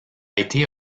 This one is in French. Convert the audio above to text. été